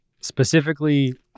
specifically